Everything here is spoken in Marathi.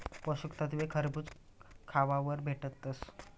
पोषक तत्वे खरबूज खावावर भेटतस